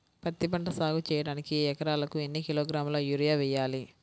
పత్తిపంట సాగు చేయడానికి ఎకరాలకు ఎన్ని కిలోగ్రాముల యూరియా వేయాలి?